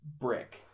Brick